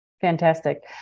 Fantastic